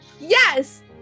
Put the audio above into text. Yes